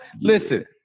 Listen